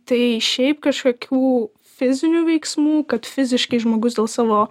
tai šiaip kažkokių fizinių veiksmų kad fiziškai žmogus dėl savo